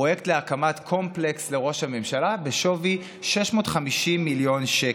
פרויקט להקמת קומפלקס לראש הממשלה בשווי 650 מיליון שקל.